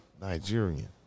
Nigerian